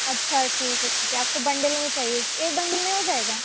اچھا ٹھیک ہے ٹھیک ہے آپ کو بنڈل میں چاہیے ایک بنڈل میں ہو جائے گا